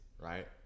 right